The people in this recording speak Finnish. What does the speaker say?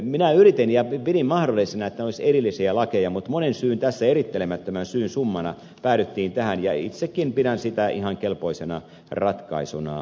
minä yritin ja pidin mahdollisena että ne olisivat erillisiä lakeja mutta monen tässä erittelemättömän syyn summana päädyttiin tähän ja itsekin pidän myöskin sitä ihan kelpoisena ratkaisuna